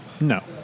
No